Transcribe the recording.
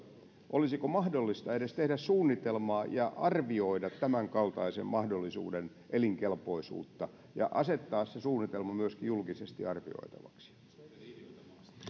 olisiko mahdollista edes tehdä suunnitelmaa ja arvioida tämänkaltaisen mahdollisuuden elinkelpoisuutta ja asettaa se suunnitelma myöskin julkisesti arvioitavaksi on